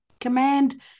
command